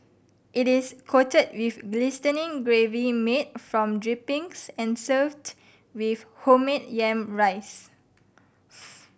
it is coated with glistening gravy made from drippings and served with homemade yam rice